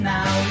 Now